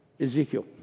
Ezekiel